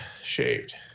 shaved